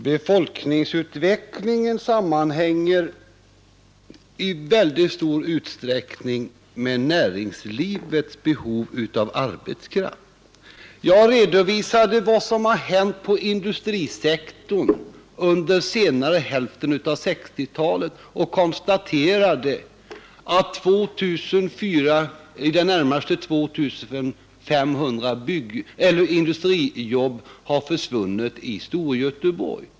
Herr talman! Befolkningsutvecklingen sammanhänger i mycket stor utsträckning med näringslivets behov av arbe ft. Jag redovisade vad som har hänt på industrisektorn under senare hälften av 1960-talet och konstaterade att i det närmaste 500 industrijobb har försvunnit i Storgöteborg.